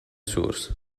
source